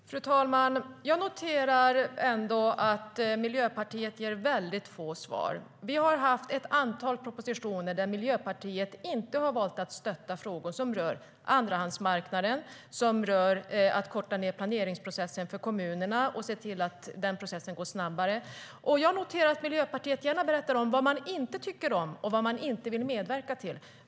Fru talman! Jag noterar att Miljöpartiet ger väldigt få svar. Vi har lagt fram ett antal propositioner, men Miljöpartiet har valt att inte stötta förslag som rör andrahandsmarknaden eller som rör förkortning av planeringsprocessen för kommunerna för att man ska se till att den processen går snabbare. Miljöpartiet berättar gärna vad man inte tycker om och vad man inte vill medverka till.